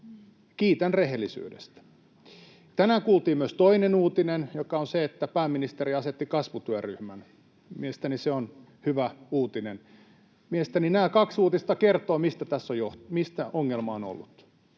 Kiitän rehellisyydestä. Tänään kuultiin myös toinen uutinen, joka on se, että pääministeri asetti kasvutyöryhmän. Mielestäni se on hyvä uutinen. Mielestäni nämä kaksi uutista kertovat, missä ongelma on ollut.